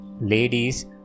Ladies